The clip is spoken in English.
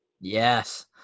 yes